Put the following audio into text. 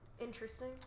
interesting